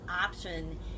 option